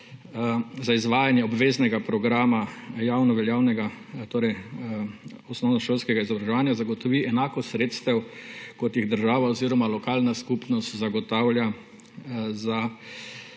za izvajanje obveznega javnoveljavnega programa osnovnošolskega izobraževanja zagotovi enako sredstev, kot jih država oziroma lokalna skupnost zagotavlja za